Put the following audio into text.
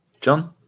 John